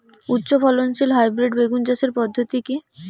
উচ্চ ফলনশীল হাইব্রিড বেগুন চাষের পদ্ধতি কী?